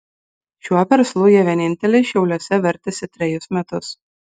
šiuo verslu jie vieninteliai šiauliuose vertėsi trejus metus